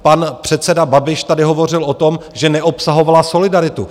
Pan předseda Babiš tady hovořil o tom, že neobsahovala solidaritu.